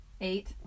Eight